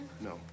No